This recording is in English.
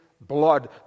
blood